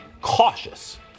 cautious